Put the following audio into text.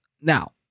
Now